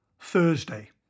Thursday